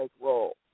role